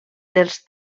dels